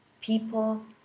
people